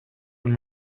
and